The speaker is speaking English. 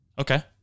Okay